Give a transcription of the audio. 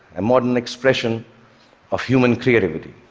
a modern expression of human creativity.